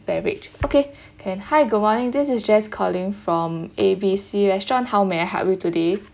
beverage okay can hi good morning this is jess calling from A B C restaurant how may I help you today